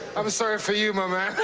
i'm sorry for you, my man.